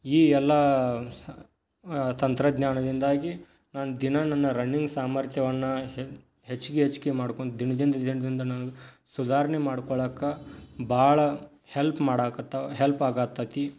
ಈ ಎಲ್ಲ ಸ ತಂತ್ರಜ್ಞಾನದಿಂದಾಗಿ ನಾನು ದಿನಾ ನನ್ನ ರನ್ನಿಂಗ್ ಸಾಮರ್ಥ್ಯವನ್ನು ಹೆ ಹೆಚ್ಚಿಗೆ ಹೆಚ್ಚಿಗೆ ಮಾಡ್ಕೊಂಡ್ ದಿನದಿಂದ ದಿನದಿಂದ ನಾನು ಸುಧಾರಣೆ ಮಾಡ್ಕೊಳಕ್ಕೆ ಭಾಳ ಹೆಲ್ಪ್ ಮಾಡಕತ್ತಿವ್ ಹೆಲ್ಪ್ ಆಗುತ್ತೈತಿ